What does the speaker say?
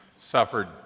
suffered